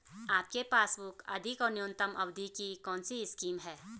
आपके पासबुक अधिक और न्यूनतम अवधि की कौनसी स्कीम है?